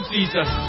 Jesus